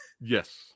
Yes